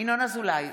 ינון אזולאי,